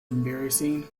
embarrassing